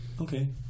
okay